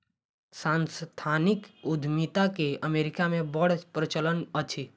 सांस्थानिक उद्यमिता के अमेरिका मे बड़ प्रचलन अछि